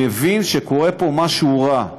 ומבין שקורה פה משהו רע,